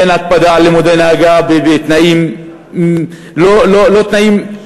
אין הקפדה על לימודי נהיגה בתנאים לא רגילים: